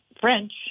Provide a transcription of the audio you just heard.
French